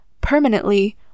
permanently